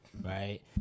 right